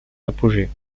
apogée